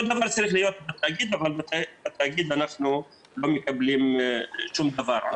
אותו דבר צריך להיות בתאגיד אבל בתאגיד אנחנו לא מקבלים שום דבר.